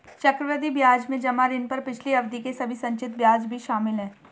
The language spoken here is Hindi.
चक्रवृद्धि ब्याज में जमा ऋण पर पिछली अवधि के सभी संचित ब्याज भी शामिल हैं